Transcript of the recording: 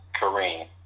Kareem